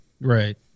Right